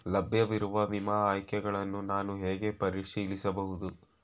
ಲಭ್ಯವಿರುವ ವಿಮಾ ಆಯ್ಕೆಗಳನ್ನು ನಾನು ಹೇಗೆ ಪರಿಶೀಲಿಸಬಹುದು?